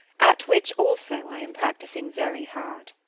at which also i am practising very hard.